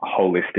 holistic